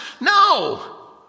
No